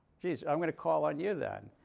geez. i'm going to call on you, then.